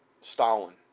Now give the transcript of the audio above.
Stalin